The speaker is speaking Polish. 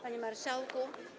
Panie Marszałku!